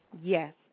Yes